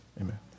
Amen